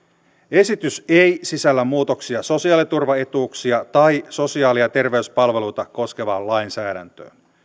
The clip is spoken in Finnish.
esitys ei sisällä muutoksia sosiaaliturvaetuuksia tai sosiaali ja terveyspalveluita koskevaan lainsäädäntöön